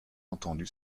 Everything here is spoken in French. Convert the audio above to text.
entendu